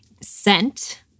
scent